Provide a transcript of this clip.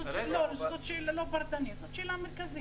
זאת שאלה לא פרטנית, זאת שאלה מרכזית.